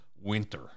winter